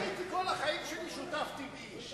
הייתי כל החיים שלי שותף טבעי.